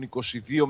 22